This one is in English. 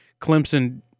Clemson